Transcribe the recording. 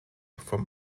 from